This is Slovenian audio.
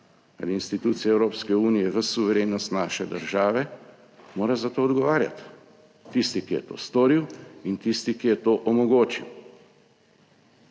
institucije Evropske unije v suverenost naše države, mora za to odgovarjati tisti, ki je to storil in tisti, ki je to omogočil.